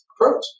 approach